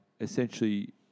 essentially